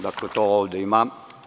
Dakle, to ovde imam.